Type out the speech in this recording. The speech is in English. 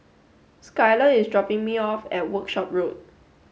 Skylar is dropping me off at Workshop Road